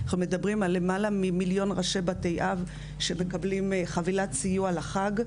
אנחנו מדברים על למעלה ממיליון ראשי בתי אב שמקבלים חבילת סיוע לחג,